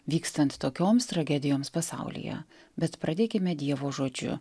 vykstant tokioms tragedijoms pasaulyje bet pradėkime dievo žodžiu